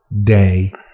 Day